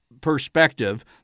perspective